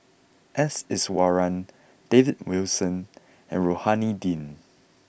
S Iswaran David Wilson and Rohani Din